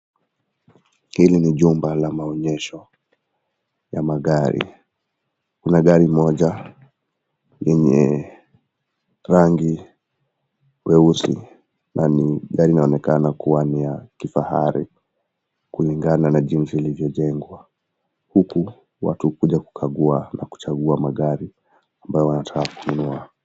Hili ni jumba la maonesho ya magari kuna gari moja lenye rangi nyeusi, gari hili linaloonekana Kua ni la kifahari kuligana na jinsi lilivyo jengwa huku watu wanakuja kukagua Na kuchagua magari ambayo wanataka kununua.